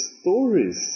stories